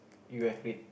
you have read